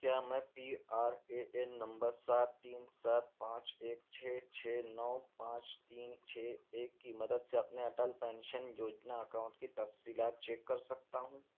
کیا میں P R A N number سات تین سات پانچ ایک چھ چھ نو پانچ تین چھ ایک کی مدد سے اپنے اٹل پینشن یوجنا اکاؤنٹ کی تفصیلات چیک کر سکتا ہوں